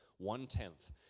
one-tenth